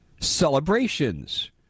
celebrations